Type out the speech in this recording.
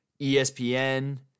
ESPN